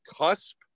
cusp